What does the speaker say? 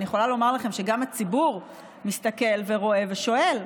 אני יכולה לומר לכם שגם הציבור מסתכל ורואה ושואל,